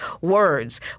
words